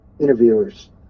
interviewers